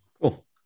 Cool